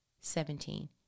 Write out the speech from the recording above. Seventeen